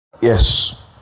Yes